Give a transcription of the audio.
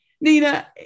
Nina